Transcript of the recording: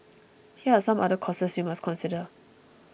here are some other costs you must consider